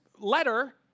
letter